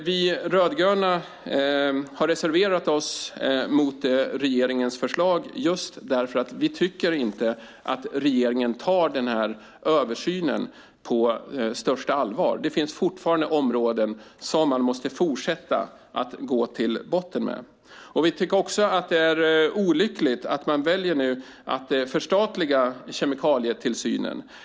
Vi rödgröna har reserverat oss mot regeringens förslag just för att vi inte tycker att regeringen tar den här översynen på största allvar. Det finns fortfarande områden som man måste fortsätta att gå till botten med. Vi tycker också att det är olyckligt att man nu väljer att förstatliga kemikalietillsynen.